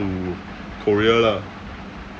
to korea lah